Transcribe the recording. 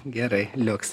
gerai liuks